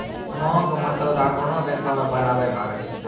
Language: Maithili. मांग मसौदा कोन्हो बैंक मे बनाबै पारै